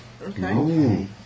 Okay